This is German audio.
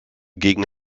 gegen